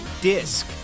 disc